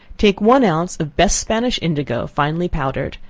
take one ounce of best spanish indigo, finely powdered,